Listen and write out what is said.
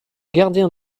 gardien